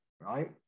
right